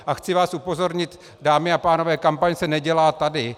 A chci vás upozornit, dámy a pánové, kampaň se nedělá tady.